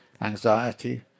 anxiety